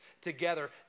together